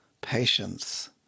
Patience